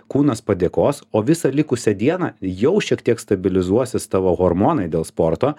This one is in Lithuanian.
kūnas padėkos o visą likusią dieną jau šiek tiek stabilizuosis tavo hormonai dėl sporto